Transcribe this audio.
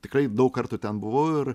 tikrai daug kartų ten buvau ir